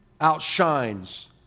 outshines